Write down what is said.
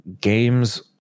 games